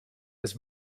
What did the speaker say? this